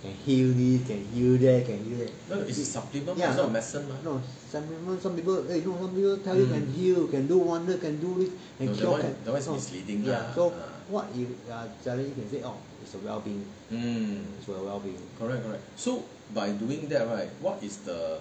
can heal this can heal that can heal that no supplement some people eh no some people tell you can heal can do wonders can do this can cure so what you are selling can say it's a wellbeing it's for your wellbeing